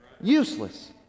Useless